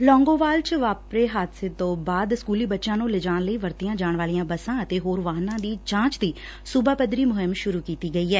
ਲੌਂਗੋਵਾਲ ਚ ਵਾਪਰੇ ਹਾਦਸੇ ਤੋਂ ਬਾਅਦ ਸਕੁਲੀ ਬੱਚਿਆਂ ਨੁੰ ਲਿਜਾਣ ਲਈ ਵਰਤੀਆਂ ਜਾਣ ਵਾਲੀਆਂ ਬੱਸਾਂ ਅਤੇ ਹੋਰ ਵਾਹਨਾਂ ਦੀ ਜਾਂਚ ਦੀ ਸੁਬਾ ਪੱਧਰੀ ਮੁਹਿੰਮ ਸੂਰੁ ਕੀਤੀ ਗਈ ਐ